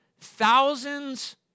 thousands